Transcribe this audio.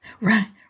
Right